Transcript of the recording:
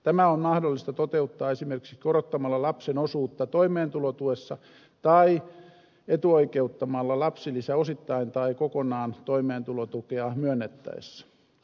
tämä on mahdollista toteuttaa esimerkiksi korottamalla lapsen osuutta toimeentulotuessa tai etuoikeuttamalla lapsilisä osittain tai kokonaan toimeentulotukea myönnettäessä